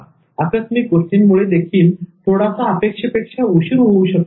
तर आकस्मिक गोष्टींमुळे देखील थोडासा अपेक्षेपेक्षा उशीर होऊ शकतो